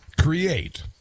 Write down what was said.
create